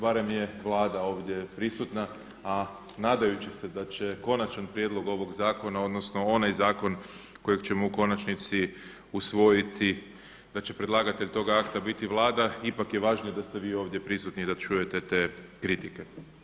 Barem je Vlada ovdje prisutna, a nadajući se da će konačan prijedlog ovoga zakona odnosno onaj zakon kojeg ćemo u konačnici usvojiti da će predlagatelj toga akta biti Vlada, ipak je važnije da ste vi ovdje prisutni i da čujete te kritike.